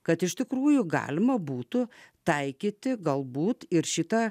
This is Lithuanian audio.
kad iš tikrųjų galima būtų taikyti galbūt ir šitą